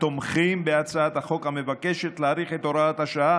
תומכים בהצעת החוק המבקשת להאריך את הוראת השעה,